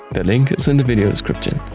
the link is in the video description.